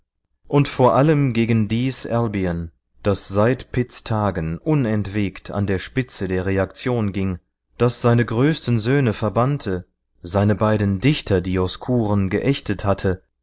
und vor allem gegen dies albion das seit pitts tagen unentwegt an der spitze der reaktion ging das seine größten söhne verbannte seine beiden dichterdioskuren geächtet hatte